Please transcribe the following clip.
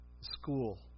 school